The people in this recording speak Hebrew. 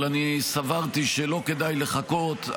אבל אני סברתי שלא כדאי לחכות,